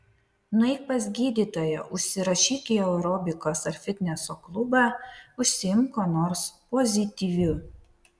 nueik pas gydytoją užsirašyk į aerobikos ar fitneso klubą užsiimk kuo nors pozityviu